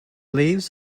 leaves